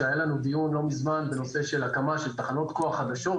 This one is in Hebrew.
שהיה לנו דיון לא מזמן בנושא של הקמה של תחנות כוח חדשות